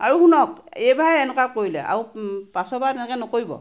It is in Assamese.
আৰু শুনক এইবাৰে এনেকুৱা কৰিলে আৰু পাছৰপৰা এনেকৈ নকৰিব